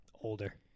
Older